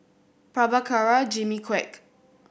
Prabhakara Jimmy Quek